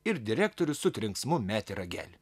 ir direktorius su trenksmu metė ragelį